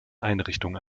einrichtung